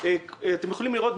אתם יכולים לראות,